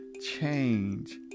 change